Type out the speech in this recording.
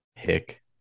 hick